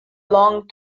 long